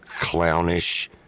clownish